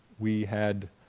we had,